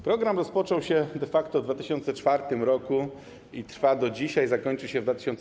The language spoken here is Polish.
Program rozpoczął się de facto w 2004 r. i trwa do dzisiaj, zakończy się w 2023